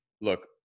Look